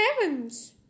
heavens